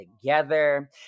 together